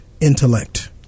intellect